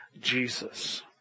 Jesus